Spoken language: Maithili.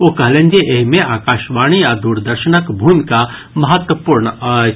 ओ कहलनि जे एहि मे आकाशवाणी आ दूरदर्शनक भूमिका महत्वपूर्ण अछि